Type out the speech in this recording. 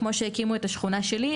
כמו שהקימו את השכונה שלי,